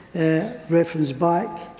reference back,